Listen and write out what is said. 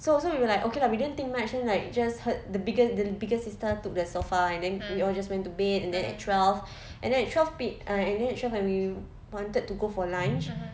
so so we were like okay lah we didn't think much then like just heard the biggest the bigger sister took the sofa and then we all just went to bed and then at twelve and then at twelve and then at twelve when we wanted to go for lunch